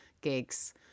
gigs